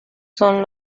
son